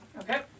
Okay